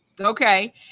Okay